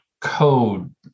code